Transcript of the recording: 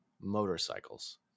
motorcycles